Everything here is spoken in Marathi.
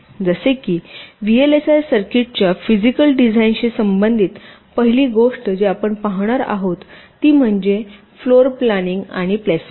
जसे की व्हीएलएसआय सर्किट्सच्या फिजिकल डिझाइनशी संबंधित पहिली गोष्ट जी आपण पाहणार आहोत ती म्हणजे फ्लोर प्लानिंग आणि प्लेसमेंट